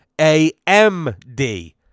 A-M-D